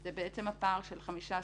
זה הפער של 15 חודשים.